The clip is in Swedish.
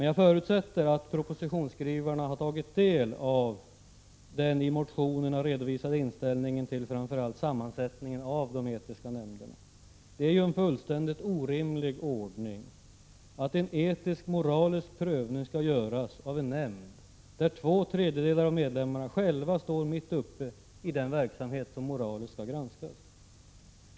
Jag förutsätter dock att propositionsskrivarna har tagit del av den i motionerna redovisade inställningen till framför allt sammansättningen av de etiska nämnderna. Det är ju en fullständigt orimlig ordning att en etisk-moralisk prövning skall göras av en nämnd där två tredjedelar av medlemmarna själva står mitt uppe i den verksamhet som moraliskt skall granskas.